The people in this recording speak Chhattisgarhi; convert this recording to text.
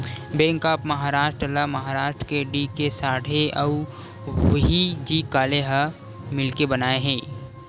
बेंक ऑफ महारास्ट ल महारास्ट के डी.के साठे अउ व्ही.जी काले ह मिलके बनाए हे